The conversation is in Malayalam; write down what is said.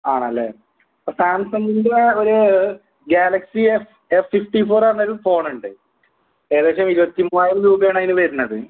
ആണല്ലേ അപ്പം സാംസങ്ങിൻ്റെ ഒര് galaxy F F fifty four എന്ന് പറഞ്ഞൊരു ഫോണുണ്ട് ഏകദേശം ഇരുപത്തിമൂവായിരം രൂപയാണതിന് വരുന്നത്